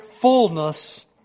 fullness